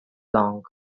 long